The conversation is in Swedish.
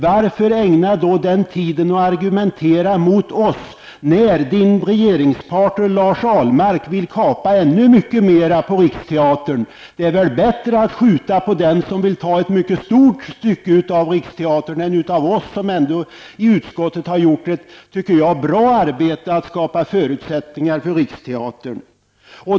Varför då ägna tiden åt att argumentera mot oss, när Margareta Fogelbergs tilltänkte regeringspartner Lars Ahlmark vill kapa ännu mycket mer på Riksteatern? Det är väl bättre att skjuta på den som vill ta ett mycket stort stycke av Riksteatern än på oss, som ändå i utskottet har gjort ett bra arbete för att skapa förutsättningar för Riksteatern.